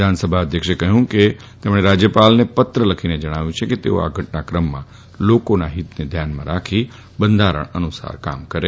વિધાનસભા અધ્યક્ષે જણાવ્યું છે કે તેમણે રાજયપાલને પત્ર લખીને જણાવ્યું છે કે તેઓ આ ઘટનાક્રમમાં લોકોના હિતોને ધ્યાનમાં રાખી બંધારણને અનુસાર કામ કરે